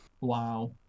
Wow